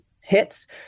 hits